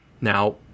now